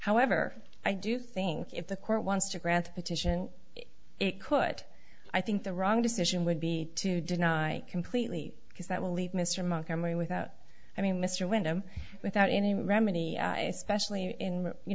however i do think if the court wants to grant a petition it could i think the wrong decision would be to deny completely because that will leave mr montgomery without i mean mr wyndham without any remedy at especially in you